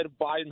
Biden